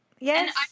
Yes